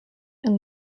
and